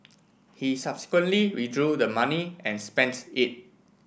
he subsequently withdrew the money and spends it